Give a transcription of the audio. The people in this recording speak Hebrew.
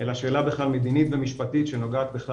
- אלא שאלה בכלל מדינית ומשפטית שנוגעת בכלל